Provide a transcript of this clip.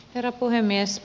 herra puhemies